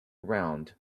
around